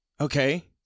Okay